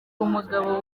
umugabo